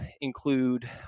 include